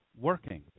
working